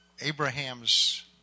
Abraham's